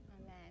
Amen